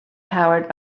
powered